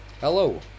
hello